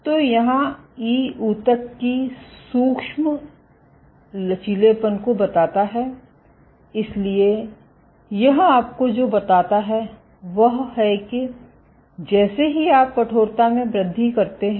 तो यहाँ e ऊतक की सूक्ष्म लचीलापन को बताता है इसलिए यह आपको जो बताता है वह है कि जैसे ही आप कठोरता में वृद्धि करते हैं